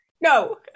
No